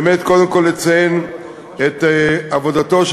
ובאמת קודם כול לציין את העבודה של